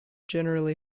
generally